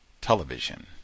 television